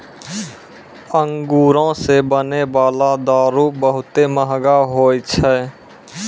अंगूरो से बनै बाला दारू बहुते मंहगा होय छै